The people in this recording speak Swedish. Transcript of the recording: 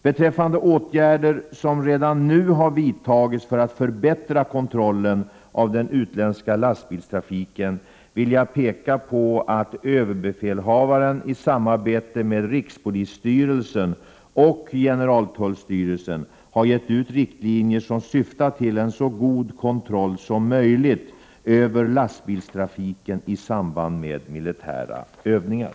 Beträffande åtgärder som redan nu har vidtagits för att förbättra kontrollen av den utländska lastbilstrafiken vill jag peka på att överbefälhavaren i samarbete med rikspolisstyrelsen och generaltullstyrelsen har gett ut riktlinjer som syftar till en så god kontroll som möjligt över lastbilstrafiken i samband med militära övningar.